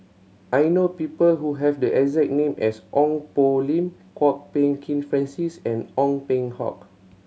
I know people who have the exact name as Ong Poh Lim Kwok Peng Kin Francis and Ong Peng Hock